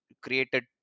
created